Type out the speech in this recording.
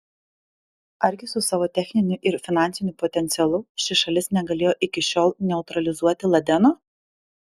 argi su savo techniniu ir finansiniu potencialu ši šalis negalėjo iki šiol neutralizuoti ladeno